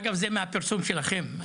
אגב זה מהפרסום שלכם.